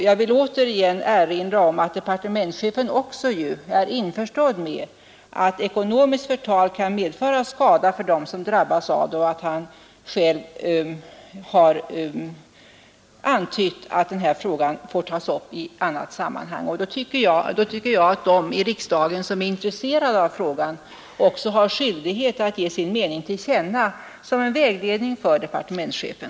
Jag vill återigen erinra om att departementschefen också är införstådd med att ekonomiskt förtal kan medföra skada för dem som drabbas av det och att han själv har sagt att frågan får tas upp i annat sammanhang. Då tycker jag att de i riksdagen som är intresserade av frågan också har skyldighet att ge sin mening till känna som en vägledning för departementschefen.